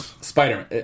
Spider